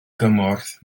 gymorth